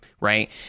right